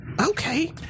Okay